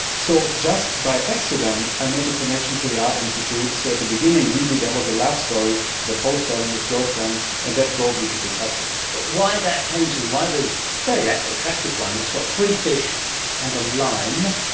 so just by accident i made the connection to the art institute. so at the beginning really there was a life story of a post-doc and his girlfriend and that brought me to picasso. but why that painting, why the, a very yeah attractive one, it's got three fish and a lime,